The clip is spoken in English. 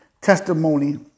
testimony